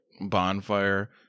bonfire